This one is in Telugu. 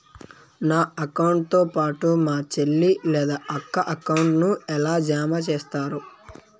నా అకౌంట్ తో పాటు మా చెల్లి లేదా అక్క అకౌంట్ ను ఎలా జామ సేస్తారు?